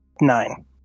Nine